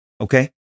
Okay